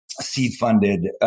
Seed-funded